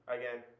again